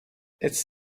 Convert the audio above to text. it’s